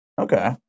Okay